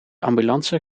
ambulance